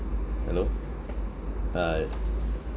hello uh